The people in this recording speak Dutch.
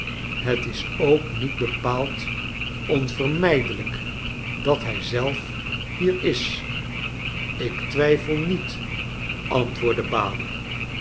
het is ook niet bepaald onverarijdelijk dat hij zelf hier is ik twijfel niet antwoordde balie